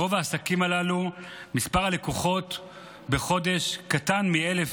ברוב העסקים הללו מספר הלקוחות בחודש קטן מ-1,000,